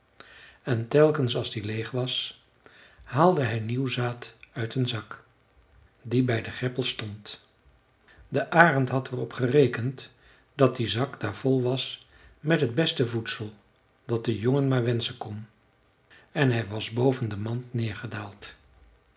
en telkens als die leeg was haalde hij nieuw zaad uit een zak die bij de greppel stond de arend had er op gerekend dat die zak daar vol was met het beste voedsel dat de jongen maar wenschen kon en hij was boven de mand neergedaald